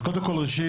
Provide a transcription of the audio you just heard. אז קודם כל ראשית,